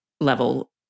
level